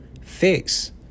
fix